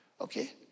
okay